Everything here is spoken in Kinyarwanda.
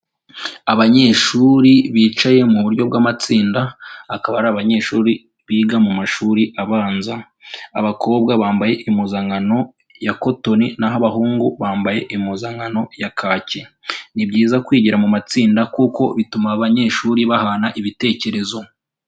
Abanyeshuri bicaye mu buryo bw'amatsinda, akaba ari abanyeshuri biga mu mashuri abanza, abakobwa bambaye impuzankano ya kotoni n'aho abahungu bambaye impuzankano ya kake, ni byiza kwigira mu matsinda kuko bituma abanyeshuri bahana ibitekerezo.